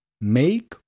make